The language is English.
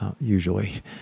usually